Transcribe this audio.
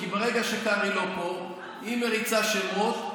כי ברגע שקרעי לא פה היא מריצה שמות,